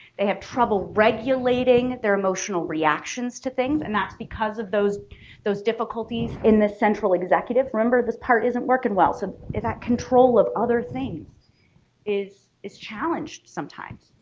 they have trouble regulating their emotional reactions to things and that's because of those those difficulties in this central executive, remember this part isn't working well, so is that control of other things is is challenged sometimes.